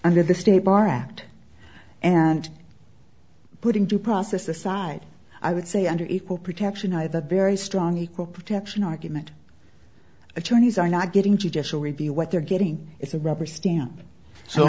under the state bar act and putting due process aside i would say under equal protection either very strong equal protection argument attorneys are not getting judicial review what they're getting is a rubber stamp so